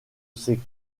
ces